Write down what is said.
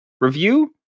review